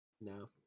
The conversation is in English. No